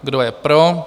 Kdo je pro?